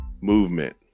movement